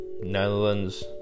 Netherlands